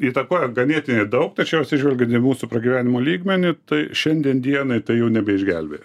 įtakoja ganėtinai daug tačiau atsižvelgian į mūsų pragyvenimo lygmenį tai šiandien dienai tai jau nebeišgelbėja